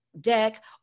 deck